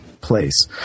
place